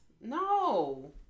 No